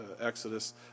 Exodus